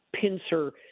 pincer